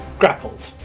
Grappled